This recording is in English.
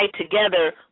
together